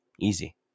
easy